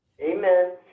Amen